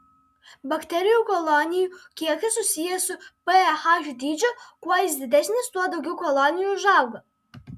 bakterijų kolonijų kiekis susijęs su ph dydžiu kuo jis didesnis tuo daugiau kolonijų užauga